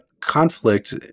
conflict